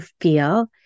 feel